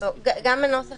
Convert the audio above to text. גם הנוסח